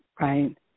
Right